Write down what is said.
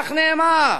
כך נאמר.